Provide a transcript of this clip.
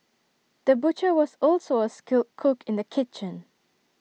the butcher was also A skilled cook in the kitchen